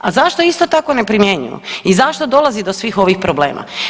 A zašto isto tako ne primjenjuju i zašto dolazi do svih ovih problema?